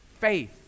faith